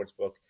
Sportsbook